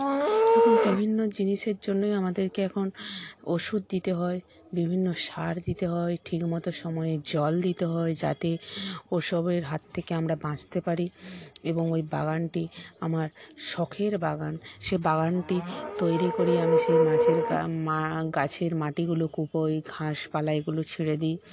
এরকম বিভিন্ন জিনিসের জন্যই আমাদেরকে এখন ওষুধ দিতে হয় বিভিন্ন সার দিতে হয় ঠিকমতো সময়ে জল দিতে হয় যাতে ওসবের হাত থেকে আমরা বাঁচতে পারি এবং ওই বাগানটি আমার শখের বাগান সে বাগানটি তৈরি করি আমি সে মাছের গা মা গাছের মাটিগুলো কুপই ঘাসপালা এগুলো ছিঁড়ে দিই